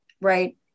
right